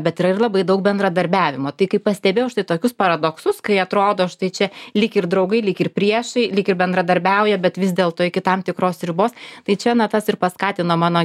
bet yra ir labai daug bendradarbiavimo tai kai pastebėjau štai tokius paradoksus kai atrodo štai čia lyg ir draugai lyg ir priešai lyg ir bendradarbiauja bet vis dėlto iki tam tikros ribos tai čia na tas ir paskatino mano